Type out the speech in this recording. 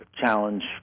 challenge